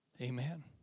amen